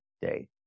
day